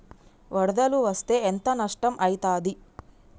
వరదలు వస్తే ఎంత నష్టం ఐతది?